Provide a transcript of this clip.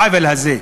העוול הזה,